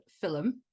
film